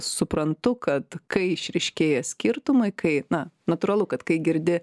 suprantu kad kai išryškėja skirtumai kai na natūralu kad kai girdi